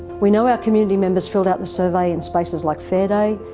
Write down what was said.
we know our community members filled out the survey in spaces like fair day,